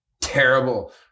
terrible